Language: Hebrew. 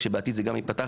כשבעתיד זה גם ייפתח